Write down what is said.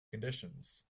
conditions